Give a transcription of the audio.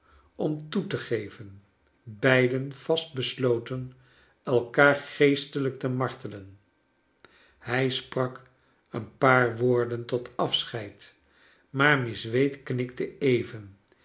om toe te geven beiden vastbesloten elkaar geestelijk te martelen hij sprak een paar woorden tot afscheid maar miss wade knikte even